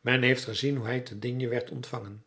men heeft gezien hoe hij te digne werd ontvangen